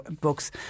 books